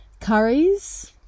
Curries